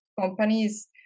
companies